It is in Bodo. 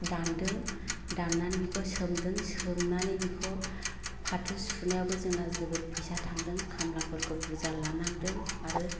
दानदों दाननानै बेखौ सोमदों सोमनानै बिखौ फाथो सुनायावबो जोंना जोबोद फैसा थादों खामलाफोरखौ बुरजा लानांदों आरो